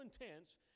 intense